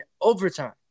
overtime